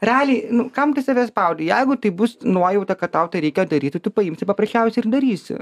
realiai nu kam tai save spaudi jeigu tai bus nuojauta kad tau tai reikia daryti tu paimsi paprasčiausiai ir darysi